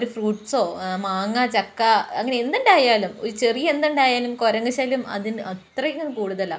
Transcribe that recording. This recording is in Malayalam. ഒരു ഫ്രൂട്ട്സോ മാങ്ങാ ചക്ക അങ്ങനെ എന്തുണ്ടായാലും ഒരു ചെറിയ എന്തുണ്ടായാലും കൊരങ്ങു ശല്ല്യം അതിൽ അത്രയ്ക്കും കൂടുതലാ